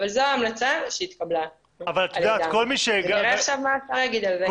אבל זו ההמלצה שהתקבלה על ידם ונראה עכשיו מה השר יגיד על זה.